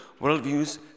Worldviews